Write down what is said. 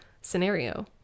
scenario